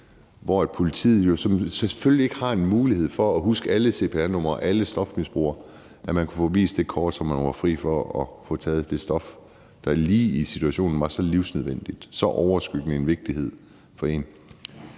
Politiet har selvfølgelig ikke mulighed for at huske alle cpr-numre og alle stofmisbrugere, og så kunne de vise det kort, så de var fri for at få frataget det stof, der lige i situationen var så livsnødvendigt og af så altoverskyggende vigtighed for dem.